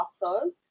doctors